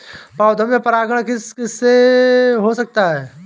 पौधों में परागण किस किससे हो सकता है?